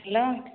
hello